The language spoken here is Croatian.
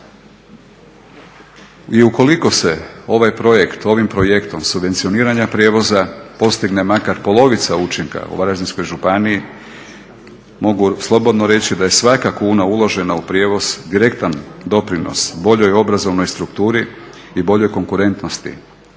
i ukoliko se ovim projektom subvencioniranja prijevoza postigne makar polovica učinka u Varaždinskoj županiji mogu slobodno reći da je svaka kuna uložena u prijevoz direktan doprinos boljoj obrazovnoj strukturi i boljoj konkurentnosti